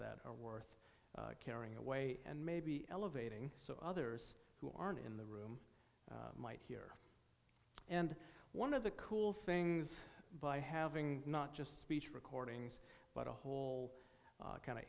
that are worth carrying away and maybe elevating so others who aren't in the room might hear and one of the cool things by having not just speech recordings but a whole kind